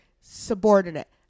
subordinate